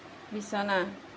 বিছনা